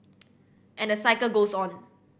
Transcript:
and the cycle goes on